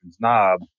knob